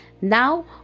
Now